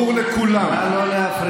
למה כל הזמן, נא לא להפריע.